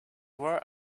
were